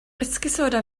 esgusoda